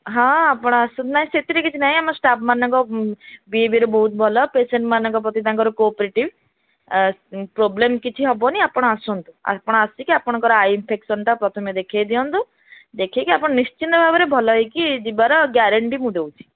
ହଁ ଆପଣ ଆସନ୍ତୁ ନାଇ ସେଥିରେ କିଛି ନାହିଁ ଆମ ଷ୍ଟାପ ମାନଙ୍କ ବିହେବିୟର ବହୁତ ଭଲ ପେସେଣ୍ଟ ମାନଙ୍କ ପ୍ରତି ତାଙ୍କର କୋପ୍ରେଟିଭି ପ୍ରୋବ୍ଲେମ କିଛି ହେବନି ଆପଣ ଆସନ୍ତୁ ଆପଣ ଆସିକି ଆପଣଙ୍କର ଆଇ ଇନଫେକ୍ସନ ପ୍ରଥମେ ଦେଖାଇ ଦିଅନ୍ତୁ ଦେଖାଇକି ଆପଣ ନିଶ୍ଚିନ୍ତ ଭାବରେ ଭଲ ହୋଇକି ଯିବାର ଗ୍ୟାରେଣ୍ଟି ମୁଁ ଦେଉଛି